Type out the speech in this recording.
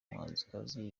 muhanzikazi